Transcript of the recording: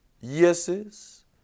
Yeses